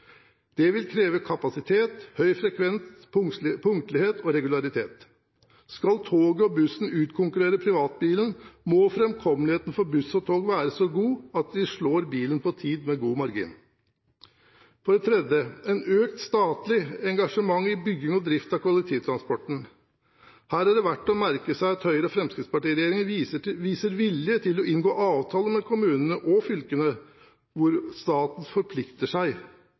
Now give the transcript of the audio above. Det vil kreve kapasitet, høy frekvens, punktlighet og regularitet. Skal toget og bussen utkonkurrere privatbilen, må framkommeligheten for buss og tog være så god at de slår bilen på tid med god margin. For det tredje: et økt statlig engasjement i bygging og drift av kollektivtransport. Her er det verdt å merke seg at Høyre–Fremskrittsparti-regjeringen viser vilje til å inngå avtaler med kommunene og fylkene, hvor staten forplikter seg.